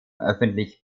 öffentlich